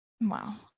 wow